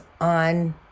on